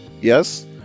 Yes